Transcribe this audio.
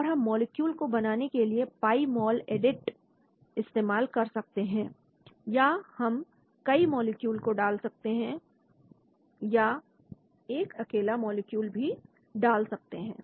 और हम मॉलिक्यूल को बनाने के लिए पाई मॉल एडिट इस्तेमाल कर सकते हैं या हम कई मॉलिक्यूल को डाल सकते हैं या एक अकेला मॉलिक्यूल भी डाल सकते हैं